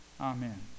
Amen